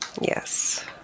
yes